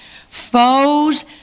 foes